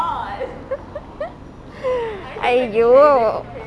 !aiyo!